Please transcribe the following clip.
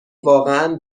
واقعا